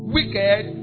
Wicked